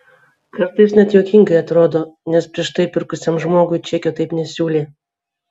kartais net juokingai atrodo nes prieš tai pirkusiam žmogui čekio taip nesiūlė